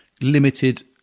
limited